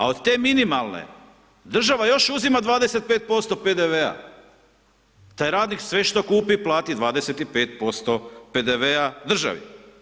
A od te minimalne, država još uzima 25% PDV-a, taj radnik sve što kupi, plati 25% PDV-a državi.